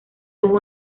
tuvo